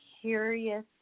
curious